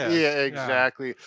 yeah exactly.